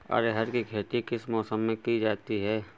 अरहर की खेती किस मौसम में की जाती है?